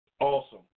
Awesome